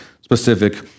specific